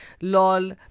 Lol